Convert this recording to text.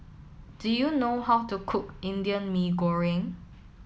do you know how to cook Indian Mee Goreng